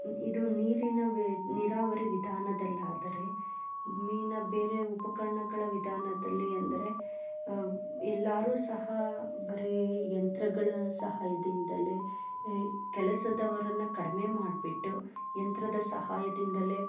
ಇದು ನೀರಿನ ವಿ ನೀರಾವರಿ ವಿಧಾನದಲ್ಲಾದರೆ ಮ್ ಇನ್ನೂ ಬೇರೆ ಉಪಕರಣಗಳ ವಿಧಾನದಲ್ಲಿ ಅಂದರೆ ಎಲ್ಲರೂ ಸಹ ಬರೇ ಯಂತ್ರಗಳ ಸಹಾಯದಿಂದಲೇ ಕೆಲಸದವರನ್ನು ಕಡಿಮೆ ಮಾಡಿಬಿಟ್ಟು ಯಂತ್ರದ ಸಹಾಯದಿಂದಲೇ